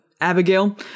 abigail